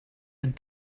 and